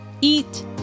eat